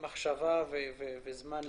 מחשבה וזמן למידה?